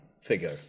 figure